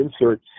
insert